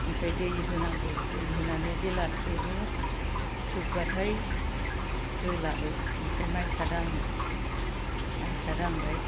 ओमफ्राय दै होनांगौ दै होनानै जेला थोबो थोबबाथाय होलाबो ओमफ्राय मायसा दाङो मायसा दांबाय